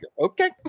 Okay